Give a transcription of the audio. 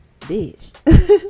Bitch